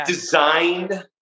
designed